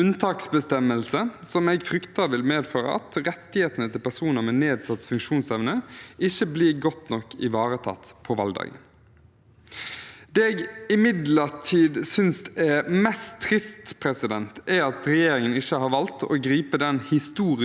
Det jeg imidlertid synes er mest trist, er at regjeringen ikke har valgt å gripe en historisk mulighet til å utvide demokratiet ved å senke stemmerettsalderen ved kommunestyre- og fylkestingsvalg til 16 år.